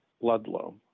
Ludlow